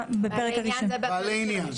בעלי עניין.